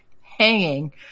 hanging